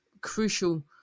crucial